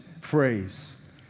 phrase